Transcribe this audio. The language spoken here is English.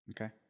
Okay